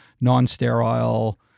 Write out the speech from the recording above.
non-sterile